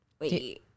wait